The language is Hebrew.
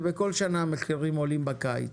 בכל שנה המחירים עולים בקיץ.